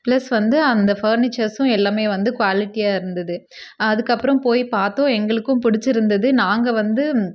plus வந்து அந்த பர்னிச்சர்ஸும் எல்லாமே வந்து குவாலிட்டியாக இருந்துது அதுக்கு அப்புறம் போய் பார்த்தோம் எங்களுக்கும் பிடிச்சி இருந்துது நாங்கள் வந்து